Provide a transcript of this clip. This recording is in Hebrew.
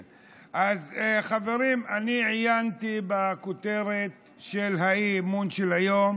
אז, חברים, אני עיינתי בכותרת של האי-אמון של היום